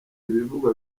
ibivugwa